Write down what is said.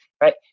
right